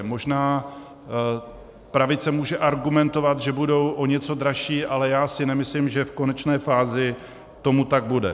Možná pravice může argumentovat, že budou o něco dražší, ale já si nemyslím, že v konečné fázi tomu tak bude.